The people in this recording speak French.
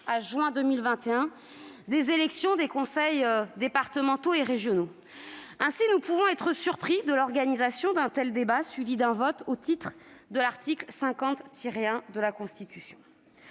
à juin 2021 des élections des conseils départementaux et régionaux. Aussi, nous pouvons être surpris de l'organisation de ce débat suivi d'un vote au titre de l'article 50-1 de la Constitution.